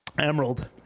emerald